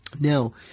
Now